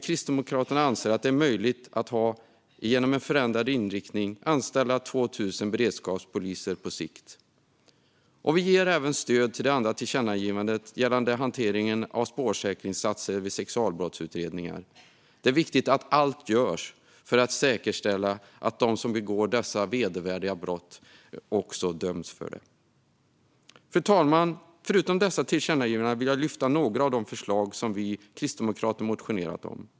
Kristdemokraterna anser att det genom en förändrad inriktning är möjligt att anställa 2 000 beredskapspoliser på sikt. Vi ger även stöd till det andra tillkännagivandet gällande hantering av spårsäkringssatser vid sexualbrottsutredningar. Det är viktigt att allt görs för att säkerställa att de som begår dessa vedervärdiga brott också döms för dem. Fru talman! Förutom dessa tillkännagivanden vill jag lyfta några av de förslag som vi kristdemokrater motionerat om.